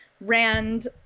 Rand